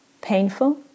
painful